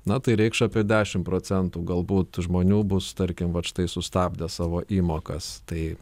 na tai reikš apie dešim procentų galbūt žmonių bus tarkim vat štai sustabdę savo įmokas tai